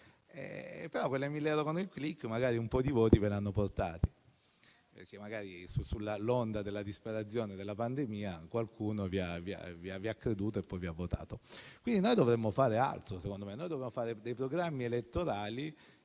magari quei 1.000 euro con un *click* un po' di voti ve li hanno portati, perché sull'onda della disperazione della pandemia, qualcuno vi ha creduto e poi vi ha votato. Noi dovremmo fare altro, secondo me: dovremmo fare programmi elettorali